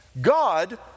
God